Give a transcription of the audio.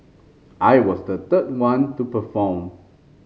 I was the third one to perform